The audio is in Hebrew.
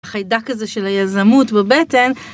חיידק הזה של היזמות בבטן...